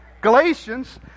Galatians